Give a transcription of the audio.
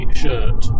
shirt